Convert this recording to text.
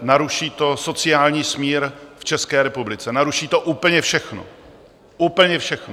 naruší to sociální smír v České republice, naruší to úplně všechno, úplně všechno.